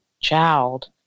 child